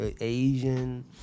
Asian